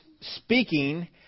speaking